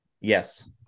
Yes